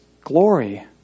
glory